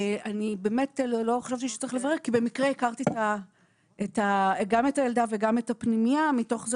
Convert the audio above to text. במקרה הכרתי גם את הילדה ואת הפנייה מתוך זה